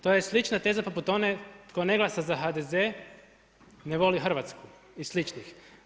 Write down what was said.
To je slična teza poput one tko ne glasa za HDZ, ne voli Hrvatsku i sličnih.